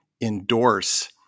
endorse